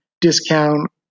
discount